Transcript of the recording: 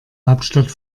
hauptstadt